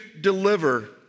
deliver